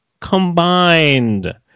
combined